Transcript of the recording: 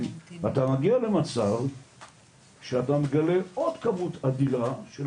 ואתה מגיע למצב שאתה מגלה עוד כמות אדירה של